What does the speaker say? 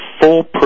full